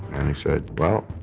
and he said, well,